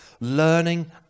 learning